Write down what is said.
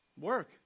Work